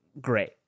great